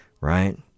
right